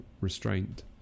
restraint